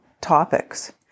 topics